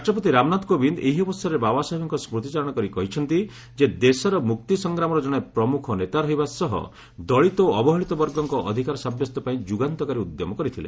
ରାଷ୍ଟ୍ରପତି ରାମନାଥ କୋବିନ୍ ଏହି ଅବସରରେ ବାବାସାହେବଙ୍କ ସ୍କୁତିଚାରଣ କରି କହିଛନ୍ତି ଯେ ସେ ଦେଶର ମୁକ୍ତି ସଂଗ୍ରାମର ଜଣେ ପ୍ରମୁଖ ନେତା ରହିବା ସହ ଦଳିତ ଓ ଅବହେଳିତ ବର୍ଗଙ୍କ ଅଧିକାର ସାବ୍ୟସ୍ତ ପାଇଁ ଯୁଗାନ୍ତକାରୀ ଉଦ୍ୟମ କରିଥିଲେ